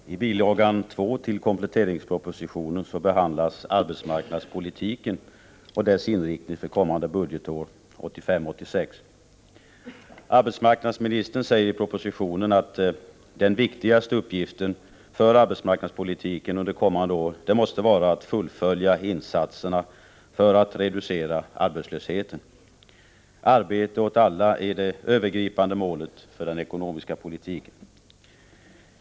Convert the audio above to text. Herr talman! I bil. 2 till kompletteringspropositionen behandlas arbetsmarknadspolitiken och dess inriktning för kommande budgetår, 1985/86. Arbetsmarknadsministern säger i propositionen att den viktigaste uppgiften för arbetsmarknadspolitiken under kommande år måste vara att fullfölja insatserna för att reducera arbetslösheten. Arbete åt alla är det övergripande målet för den ekonomiska politiken.